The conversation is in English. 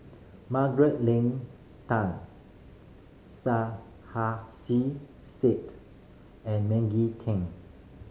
Margaret Leng Tan Said and Maggie Teng